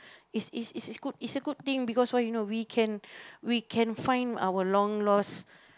it's it's it's his good it's a good thing because why you know we can we can find our long lost